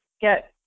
get